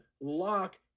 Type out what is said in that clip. lock